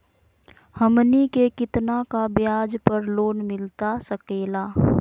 हमनी के कितना का ब्याज पर लोन मिलता सकेला?